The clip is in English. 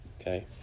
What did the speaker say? Okay